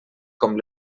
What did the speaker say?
com